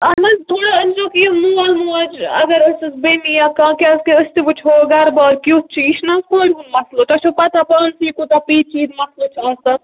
اَہن حظ تھوڑا أنۍ زیٚو یہِ مول موج اگر أسۍ ٲسۍ بَنہِ یا کانٛہہ کیٛازِ کہِ أسۍ تہِ وٕچھو گَرٕ بار کِیُتھ چھُ یہِ چھُنا کورِ ہُنٛد مَسلہٕ تۄہہِ چھو پَتہ پانسٕے کوٗتاہ پیچیدٕ ییٚتہِ مَسلہٕ چھِ آسان